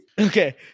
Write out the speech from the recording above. Okay